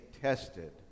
tested